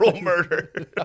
murder